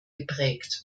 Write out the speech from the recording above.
geprägt